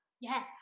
yes